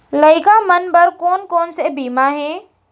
लइका मन बर कोन कोन से बीमा हे?